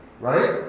right